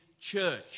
Church